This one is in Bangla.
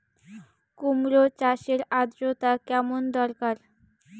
কুমড়ো চাষের আর্দ্রতা কেমন দরকার?